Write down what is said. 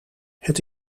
het